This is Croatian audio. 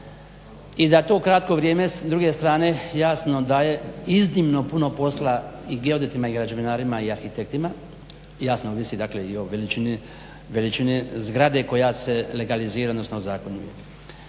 i da to kratko vrijeme s druge strane jasno daje iznimno puno posla i geodetima i građevinarima i arhitektima. Jasno ovisi i o veličini zgrade koja se legalizira odnosno ozakonjuje.